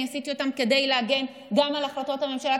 אני עשיתי אותם כדי להגן גם על החלטות הממשלה,